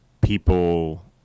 people